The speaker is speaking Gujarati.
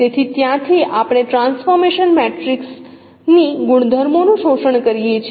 તેથી ત્યાંથી આપણે ટ્રાન્સફોર્મેશન મેટ્રિક્સ ની ગુણધર્મો નું શોષણ કરીએ છીએ